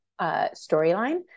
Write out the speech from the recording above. storyline